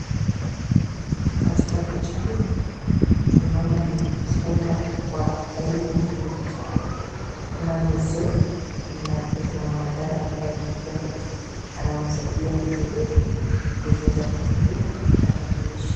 Katika picha hii tunaona ni mfumo wa elimu ya kidijitali. Kuna mzee na pia kuna mwanadada ambaye ni kijana anamsaidia mzee kujifunza kutumia tarakilishi.